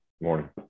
morning